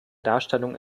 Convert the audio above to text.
darstellung